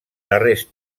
darrers